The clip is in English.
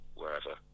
wherever